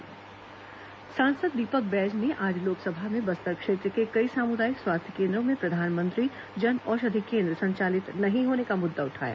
लोकसभा दीपक बैज सांसद दीपक बैज ने आज लोकसभा में बस्तर क्षेत्र के कई सामुदायिक स्वास्थ्य केंद्रों में प्रधानमंत्री जनऔषधि केंद्र संचालित नहीं होने का मुद्दा उठाया